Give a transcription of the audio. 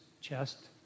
chest